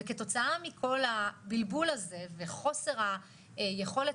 וכתוצאה מכל הבלבול הזה וחוסר היכולת